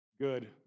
good